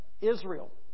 Israel